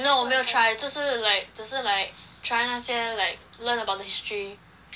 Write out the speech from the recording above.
no 我没有 try 只是 like 只是 like try 那些 like learn about the history